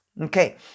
Okay